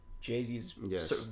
Jay-Z's